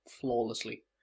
flawlessly